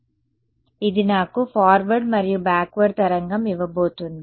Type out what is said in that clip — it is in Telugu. కాబట్టి ఇది నాకు ఫార్వర్డ్ మరియు బ్యాక్వర్డ్ తరంగం ఇవ్వబోతోంది